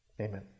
amen